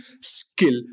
skill